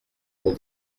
pour